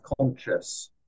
conscious